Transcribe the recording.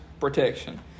protection